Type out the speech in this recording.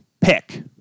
pick